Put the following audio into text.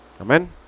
Amen